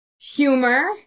Humor